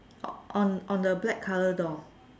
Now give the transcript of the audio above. on on the black colour door